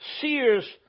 Sears